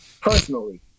personally